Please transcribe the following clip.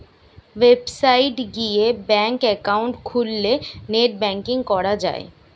website গিয়ে bank account খুললে net banking করা যায়